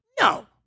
No